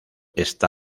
está